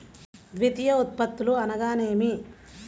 ద్వితీయ ఉత్పత్తులు అనగా నేమి?